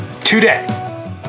today